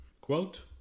Quote